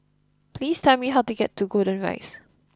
please tell me how to get to Golden Rise